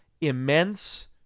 immense